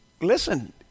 listen